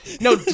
No